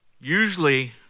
usually